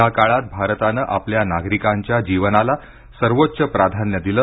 या काळात भारतानं आपल्या नागरिकांच्या जीवनाला सर्वोच्च प्राधान्य दिलं